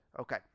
Okay